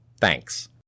Thanks